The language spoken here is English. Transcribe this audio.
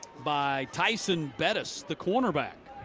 by tyson bettis, the cornerback.